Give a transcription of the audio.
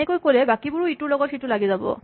এনেকৈ ক'লে বাকীবোৰো ইটোৰ সিটোৰ লগত লগ লাগি যাব